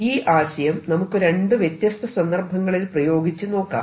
ഈ ആശയം നമുക്ക് രണ്ട് വ്യത്യസ്ത സന്ദർഭങ്ങളിൽ പ്രയോഗിച്ചു നോക്കാം